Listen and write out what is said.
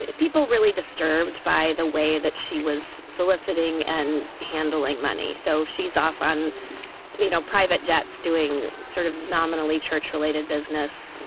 people really disturbed by the way that she was soliciting and handling money. so she's off on you know private jets doing sort of nominally church related business.